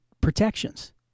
protections